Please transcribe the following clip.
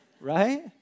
Right